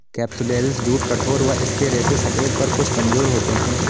capsularis jute कठोर व इसके रेशे सफेद पर कुछ कमजोर होते हैं